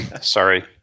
Sorry